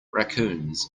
raccoons